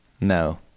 No